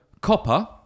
Copper